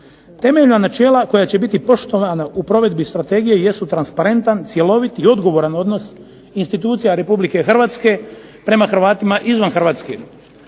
Temeljna načela koja će biti poštovana u provedbi strategije jesu transparentan, cjelovit i odgovoran odnos institucija Republike Hrvatske prema Hrvatima izvan Hrvatske.